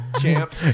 Champ